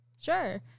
sure